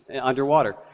underwater